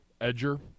edger